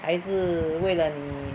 还是为了你